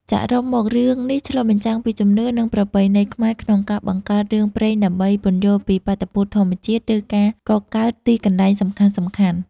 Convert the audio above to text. សរុបមករឿងនេះឆ្លុះបញ្ចាំងពីជំនឿ និងប្រពៃណីខ្មែរក្នុងការបង្កើតរឿងព្រេងដើម្បីពន្យល់ពីបាតុភូតធម្មជាតិ ឬការកកើតទីកន្លែងសំខាន់ៗ។